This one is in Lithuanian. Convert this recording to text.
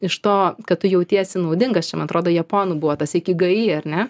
iš to kad tu jautiesi naudingas čia man atrodo japonų buvo tas ikiga i ar ne